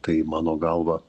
tai mano galva